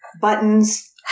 buttons